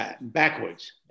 backwards